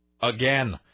again